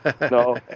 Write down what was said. no